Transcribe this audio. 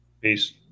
Peace